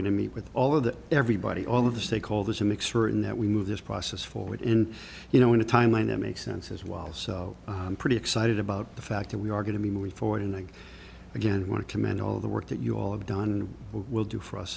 to meet with all of the everybody all of the stakeholders a mixture in that we move this process forward in you know in a timeline that makes sense as well so pretty excited about the fact that we are going to be moving forward and i again want to commend all of the work that you all have done and will do for us